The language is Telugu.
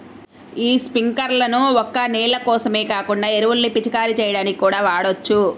యీ స్పింకర్లను ఒక్క నీళ్ళ కోసమే కాకుండా ఎరువుల్ని పిచికారీ చెయ్యడానికి కూడా వాడొచ్చు